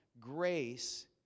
grace